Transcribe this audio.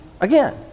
again